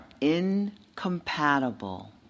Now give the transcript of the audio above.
incompatible